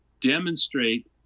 demonstrate